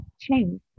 change